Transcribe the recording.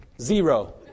zero